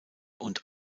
und